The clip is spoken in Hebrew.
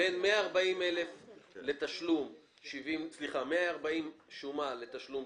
בין 140,000 שומה ו-70,000 לתשלום,